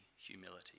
humility